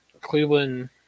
Cleveland